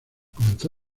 comenzó